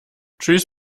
tschüss